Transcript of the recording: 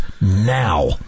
now